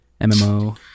MMO